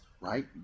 right